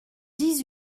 dix